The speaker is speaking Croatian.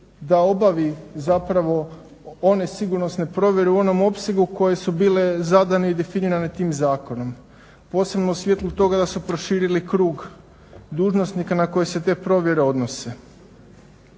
da obavi zapravo one sigurnosne provjere u onom opsegu koje su bile zadane i definirane tim zakonom. Posebno u svjetlu toga da su proširili krug dužnosnika na koje se te provjere odnose.